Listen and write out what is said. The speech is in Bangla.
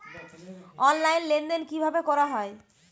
অনলাইন লেনদেন কিভাবে করা হয়?